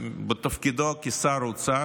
בתפקידו כשר האוצר,